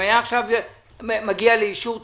אם זה היה מגיע עכשיו לאישור תקציבי,